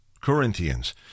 Corinthians